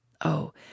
Oh